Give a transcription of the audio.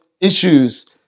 issues